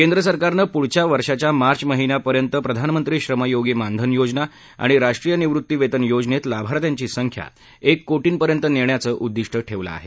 केंद्र सरकारनं पुढच्या वर्षाच्या मार्च महिन्यापर्यंत प्रधानमंत्री श्रम योगी मानधन योजना आणि राष्ट्रीय निवृत्तीवेतन योजनेत लाभार्थ्यांची संख्या एक कोटींपर्यंत नेण्याचं उद्दिष्ट ठेवलं आहे